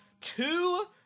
two